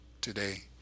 today